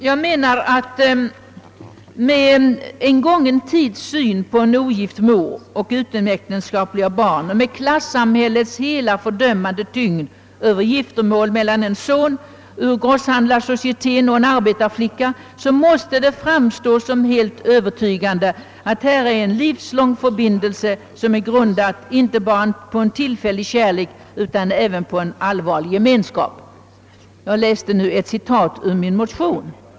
Jag menar att med »en gången tids syn på en ogift mor och utomäktenskapliga barn och med klassamhällets hela fördömande tyngd över giftermål mellan en son ur grosshandlaresocieteten och en arbetarflicka måste det framstå som helt övertygande, att en sådan livslång förbindelse grundats inte bara på en tillfällig kärlek utan även på en allvarlig gemenskap». — Jag tog detta ur min motion.